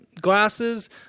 glasses